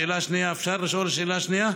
השאלה השנייה, אפשר לשאול שאלה שנייה?